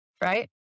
right